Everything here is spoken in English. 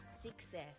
success